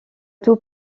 tout